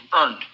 earned